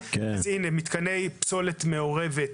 מתקני מיון לפסולת מעורבת.